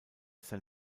san